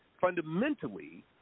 Fundamentally